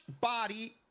body